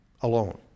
alone